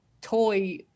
toy